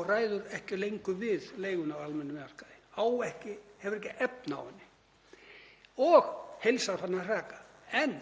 og ræður ekki lengur við leigu á almennum markaði, hefur ekki efni á henni og heilsu farið að hraka, en